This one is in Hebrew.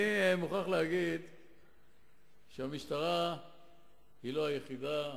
אני מוכרח להגיד שהמשטרה אינה היחידה,